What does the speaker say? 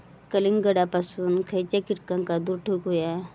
कलिंगडापासून खयच्या कीटकांका दूर ठेवूक व्हया?